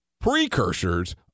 precursors